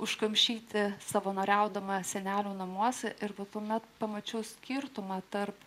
užkamšyti savanoriaudama senelių namuose ir tuomet pamačiau skirtumą tarp